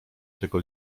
tego